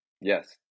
Yes